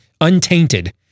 untainted